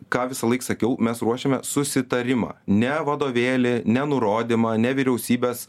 ką visąlaik sakiau mes ruošiame susitarimą ne vadovėlį nenurodymą ne vyriausybės